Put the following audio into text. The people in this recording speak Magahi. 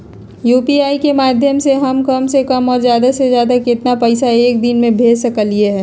यू.पी.आई के माध्यम से हम कम से कम और ज्यादा से ज्यादा केतना पैसा एक दिन में भेज सकलियै ह?